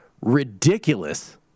ridiculous